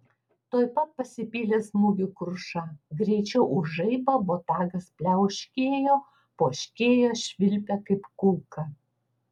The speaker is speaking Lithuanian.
tuoj pat pasipylė smūgių kruša greičiau už žaibą botagas pliauškėjo poškėjo švilpė kaip kulka